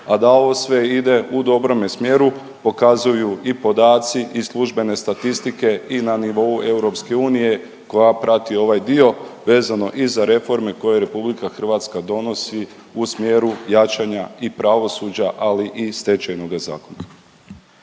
a da ovo sve ide u dobrome smjeru pokazuju i podaci i službene statistike i na nivou EU koja prati ovaj dio vezano i za reforme koje RH donosi u smjeru jačanja i pravosuđa ali i stečajnoga zakona.